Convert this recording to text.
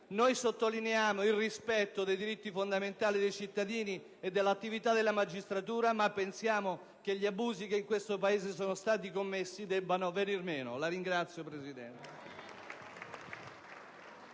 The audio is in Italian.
Noi sottolineiamo il rispetto dei diritti fondamentali dei cittadini e dell'attività della magistratura, ma pensiamo che gli abusi che in questo Paese sono stati commessi debbano venir meno. *(Applausi